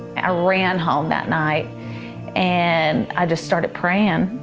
i ran home that night and i just started praying.